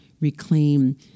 reclaim